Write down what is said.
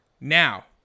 now